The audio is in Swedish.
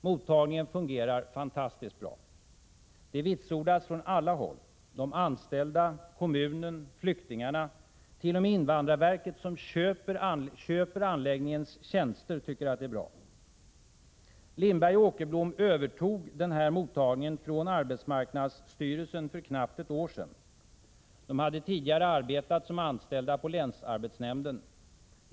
Mottagningen fungerar fantastiskt bra. Det vitsordas från alla håll: de anställda, kommunen, flyktingarna — t.o.m. från invandrarverket som köper anläggningens tjänster. Lindberg och Åkerblom tog över mottagningen från AMS för knappt ett år sedan. De hade tidigare arbetat på länsarbetsnämnden.